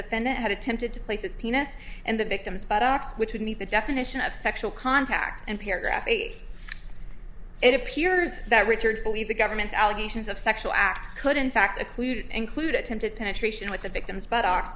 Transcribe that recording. defendant had attempted to places penis and the victim's but ups which would meet the definition of sexual contact and paragraph it appears that richard believe the government's allegations of sexual act could in fact a clue include attempted penetration with the victims but o